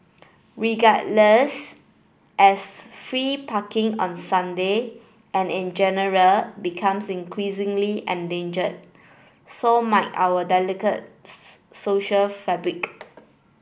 regardless as free parking on Sunday and in general becomes increasingly endangered so might our delicate social fabric